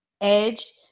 edge